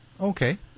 okay